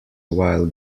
while